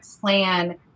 plan